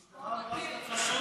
המשטרה אמרה שאתה חשוד בשוחד.